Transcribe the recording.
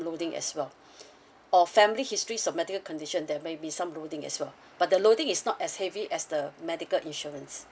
loading as well or family history of medical condition there may be some loading as well but the loading is not as heavy as the medical insurance